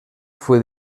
fue